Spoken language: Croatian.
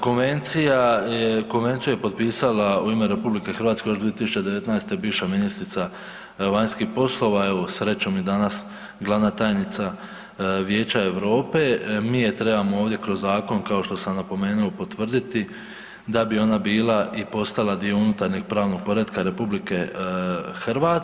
Konvencija je, konvenciju je potpisala u ime RH još 2019. bivša ministrica vanjskih poslova, evo srećom i danas glavna tajnica Vijeća Europe, mi je trebamo ovdje kroz zakon, kao što sam napomenuo, potvrditi da bi ona bila i postala dio unutarnjeg pravnog poretka RH.